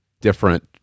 different